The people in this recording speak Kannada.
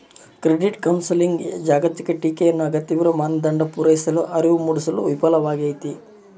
ಕ್ರೆಡಿಟ್ ಕೌನ್ಸೆಲಿಂಗ್ನ ಜಾಗತಿಕ ಟೀಕೆಯು ಅಗತ್ಯವಿರುವ ಮಾನದಂಡ ಪೂರೈಸಲು ಅರಿವು ಮೂಡಿಸಲು ವಿಫಲವಾಗೈತಿ